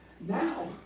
Now